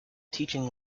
teaching